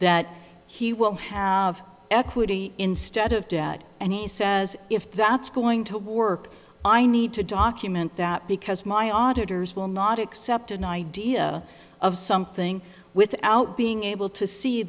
that he will have equity instead of debt and he says if that's going to work i need to document that because my auditors will not accept an idea of something without being able to see